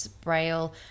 braille